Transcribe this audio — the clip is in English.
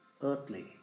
earthly